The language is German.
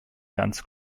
ganz